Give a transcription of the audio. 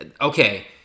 Okay